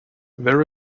there